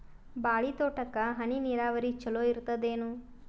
ಬಾಳಿ ತೋಟಕ್ಕ ಹನಿ ನೀರಾವರಿ ಚಲೋ ಇರತದೇನು?